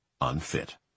UNFIT